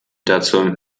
dazu